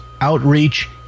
outreach